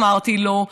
אמרתי לו,